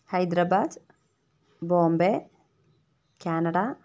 Hyderabad Bombay Canada